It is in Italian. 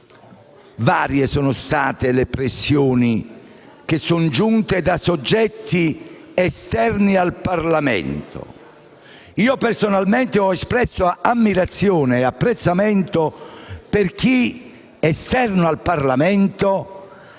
Varie sono state le pressioni giunte da soggetti esterni al Parlamento. Io personalmente ho espresso ammirazione e apprezzamento per chi, esterno al Parlamento, ha